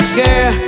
girl